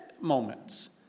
moments